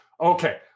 Okay